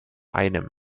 einem